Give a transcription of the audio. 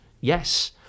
yes